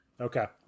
Okay